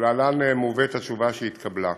ולהלן מובאת התשובה שהתקבלה: